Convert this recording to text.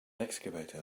excavator